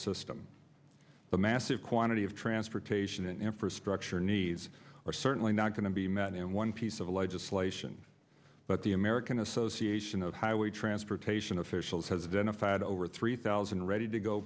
system the massive quantity of transportation infrastructure needs are certainly not going to be met in one piece of legislation but the american association of highway transportation officials has been a fight over three thousand ready to go